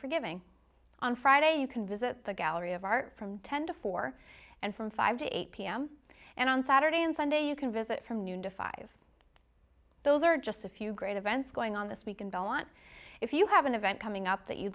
for giving on friday you can visit the gallery of art from ten to four and from five to eight pm and on saturday and sunday you can visit from noon to five those are just a few great events going on this week in belmont if you have an event coming up that you